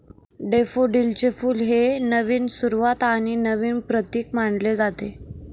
डॅफोडिलचे फुल हे नवीन सुरुवात आणि नवीन प्रतीक मानले जाते